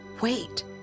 Wait